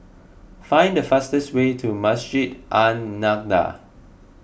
find the fastest way to Masjid An Nahdhah